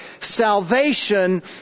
salvation